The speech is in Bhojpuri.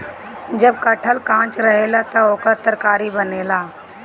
जब कटहल कांच रहेला त ओकर तरकारी बनेला